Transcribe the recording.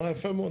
אה, יפה מאוד.